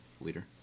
leader